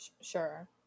Sure